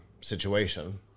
situation